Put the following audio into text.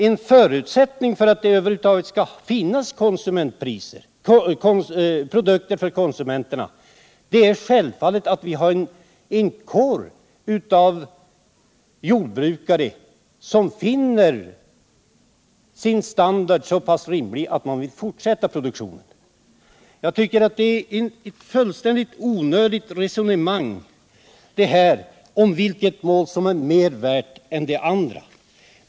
En förutsättning för att det över huvud taget skall finnas produkter för konsumenterna är självfallet att vi har en kår av jordbrukare som finner sin standard så pass rimlig att de vill fortsätta produktionen. Jag tycker det är fullständigt onödigt att föra ett resonemang om vilket mål som är mer värt än det andra.